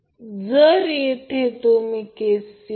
म्हणून जर येथे KVL लागू केल्यास ते Ia Zy असेल